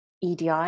EDI